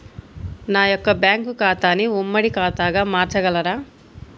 నా యొక్క బ్యాంకు ఖాతాని ఉమ్మడి ఖాతాగా మార్చగలరా?